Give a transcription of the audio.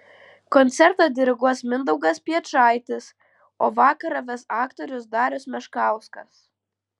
koncertą diriguos mindaugas piečaitis o vakarą ves aktorius darius meškauskas